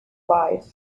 life